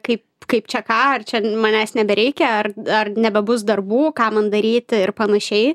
kaip kaip čia ką ar čia manęs nebereikia ar ar nebebus darbų ką man daryti ir panašiai